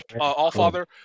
all-father